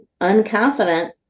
unconfident